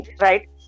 right